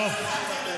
טוב,